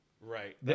right